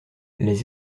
les